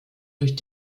durch